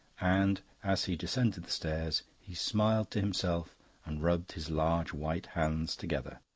and, as he descended the stairs, he smiled to himself and rubbed his large white hands together.